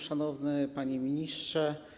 Szanowny Panie Ministrze!